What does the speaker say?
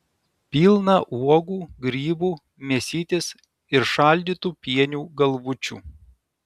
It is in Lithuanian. pilną uogų grybų mėsytės ir šaldytų pienių galvučių